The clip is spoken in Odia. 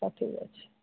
ହଉ ଠିକ ଅଛି